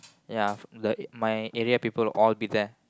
ya the my area people all be there